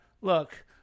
Look